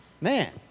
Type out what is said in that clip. Man